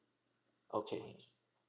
okay